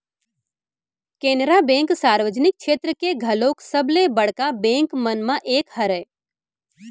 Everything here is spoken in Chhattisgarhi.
केनरा बेंक सार्वजनिक छेत्र के घलोक सबले बड़का बेंक मन म एक हरय